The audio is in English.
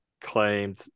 claimed